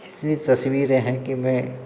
इतनी तस्वीरें हैं कि मैं